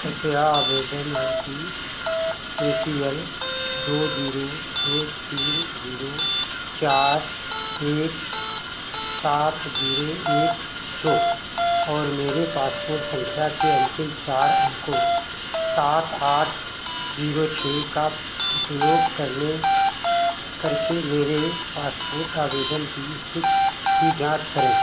कृपया आवेदन I D A P L दो ज़ीरो दो तीन ज़ीरो चार एक सात ज़ीरो एक दो और मेरे पासपोर्ट सँख्या के अन्तिम चार अंकों सात आठ ज़ीरो छह का उपयोग करने करके मेरे पासपोर्ट आवेदन की इस्थिति की जाँच करें